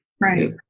Right